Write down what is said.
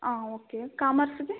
ಹಾಂ ಓಕೆ ಕಾಮರ್ಸ್ಗೆ